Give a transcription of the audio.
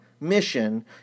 mission